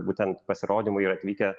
būtent pasirodymui yra atvykę